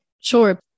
Sure